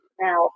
now